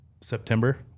September